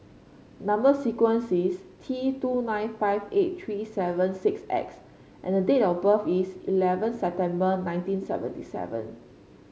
number sequence is T two nine five eight three seven six X and date of birth is eleven September nineteen seventy seven